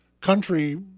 country